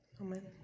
Amen